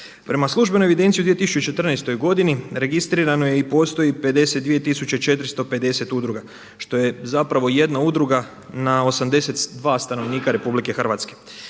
Prema službenoj evidenciji u 2014. godini registrirano je i postoji 52450 udruga što je zapravo jedna udruga na 82 stanovnika RH.